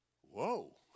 whoa